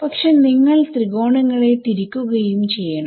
പക്ഷെ നിങ്ങൾ ത്രികോണങ്ങളെ തിരിക്കുകയും ചെയ്യണം